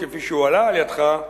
כפי שהועלה על-ידך,